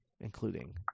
including